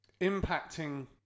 impacting